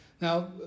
Now